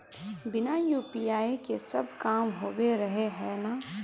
बिना यु.पी.आई के सब काम होबे रहे है ना?